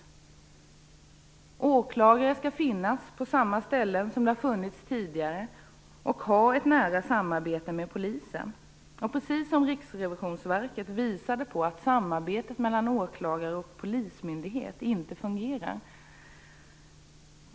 Åklagarna skall finnas på samma ställen som de har funnits på tidigare och ha ett nära samarbete med polisen. Riksrevisionsverket har visat på att samarbetet mellan åklagare och polismyndighet inte fungerar.